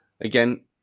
again